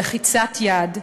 בלחיצת יד,